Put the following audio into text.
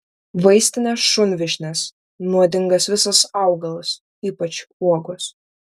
vaistinės šunvyšnės nuodingas visas augalas ypač uogos